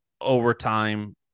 overtime